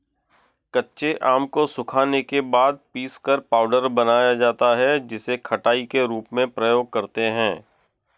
कच्चे आम को सुखाने के बाद पीसकर पाउडर बनाया जाता है जिसे खटाई के रूप में प्रयोग करते है